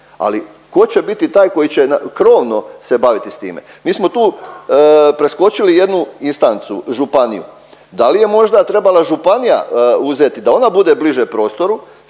ali tko će biti taj koji će krovno se baviti s time. Mi smo tu preskočili jednu instancu, županiju. Da li je možda trebala županija uzeti da ona bude bliže prostoru